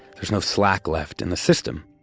there's no slack left in the system.